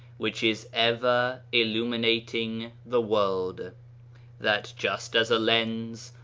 which is ever illuminating the world that just as a lens,